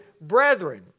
brethren